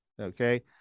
Okay